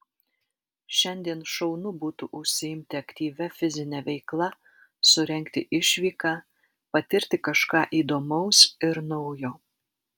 šiandien šaunu būtų užsiimti aktyvia fizine veikla surengti išvyką patirti kažką įdomaus ir naujo